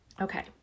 Okay